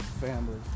family